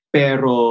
pero